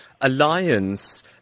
alliance